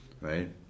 Right